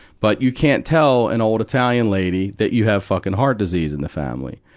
but you can't tell an old italian lady that you have fucking heart disease in the family.